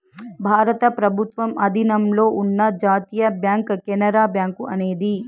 భారత ప్రభుత్వం ఆధీనంలో ఉన్న జాతీయ బ్యాంక్ కెనరా బ్యాంకు అనేది